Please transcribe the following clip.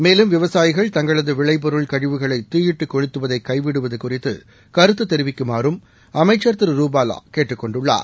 மேலும் விவசாயிகள் தங்களது விளைபொருள் கழிவுகளை தீயிட்டுக் கொளுத்துவதை கைவிடுவது குறித்து கருத்து தெரிவிக்குமாறும் அமைச்சர் திரு ரூபாலா கேட்டுக் கொண்டுள்ளார்